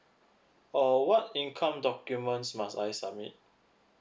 uh what income documents must I submit